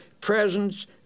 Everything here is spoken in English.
presence